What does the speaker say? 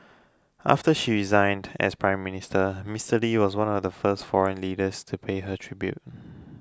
after she resigned as Prime Minister Mister Lee was one of the first foreign leaders to pay her tribute